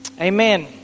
Amen